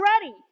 ready